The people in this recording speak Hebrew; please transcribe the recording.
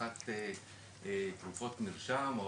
תחת תרופות מרשם,